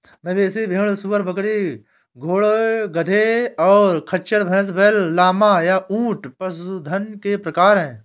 मवेशी, भेड़, सूअर, बकरी, घोड़े, गधे, और खच्चर, भैंस, बैल, लामा, या ऊंट पशुधन के प्रकार हैं